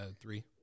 three